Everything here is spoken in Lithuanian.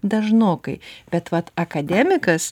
dažnokai bet vat akademikas